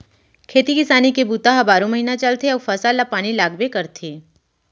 खेती किसानी के बूता ह बारो महिना चलथे अउ फसल ल पानी लागबे करथे